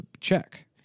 Check